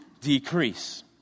decrease